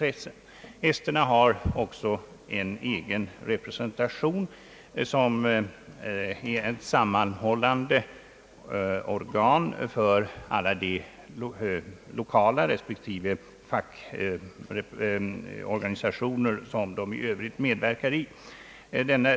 Esterna har också en egen represen tation, som är ett sammanhållande organ för alla de lokalrespektive fackorganisationer som de i övrigt medverkar i.